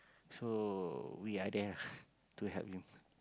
so we are there lah to help them